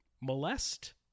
molest